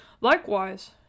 Likewise